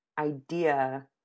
idea